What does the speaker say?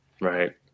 Right